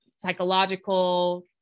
psychological